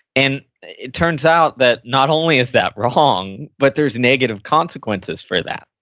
and it turns out that not only is that wrong, but there's negative consequences for that.